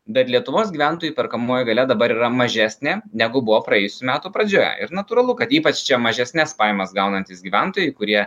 bet lietuvos gyventojų perkamoji galia dabar yra mažesnė negu buvo praėjusių metų pradžioje ir natūralu kad ypač čia mažesnes pajamas gaunantys gyventojai kurie